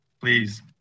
Please